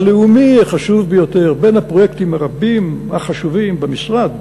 הלאומי החשוב ביותר בין הפרויקטים הרבים החשובים במשרד,